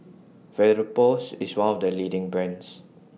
Vapodrops IS one of The leading brands